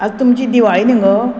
आज तुमची दिवाळी न्ही गो